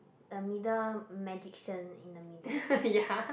the middle magician in the middle